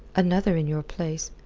another in your place.